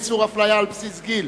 איסור הפליה על בסיס גיל),